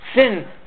Sin